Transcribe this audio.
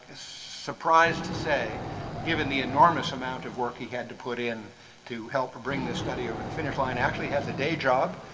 surprised to say given the enormous amount of work he had to put in to help bring this study over the finish line, actually has a day job.